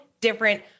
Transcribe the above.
different